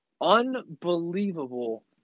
Unbelievable